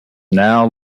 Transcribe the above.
now